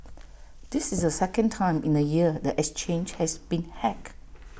this is the second time in A year the exchange has been hacked